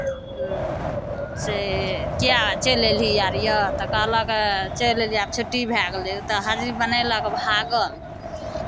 से किएक चलि एलही आर यए तऽ कहलक चलि एलियै आब छुट्टी भए गेलै ओतय हाजरी बनयलक आओर भागल